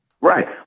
right